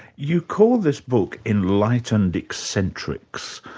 you call this book enlightened eccentrics.